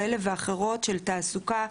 כאלה ואחרות של תעסוקה,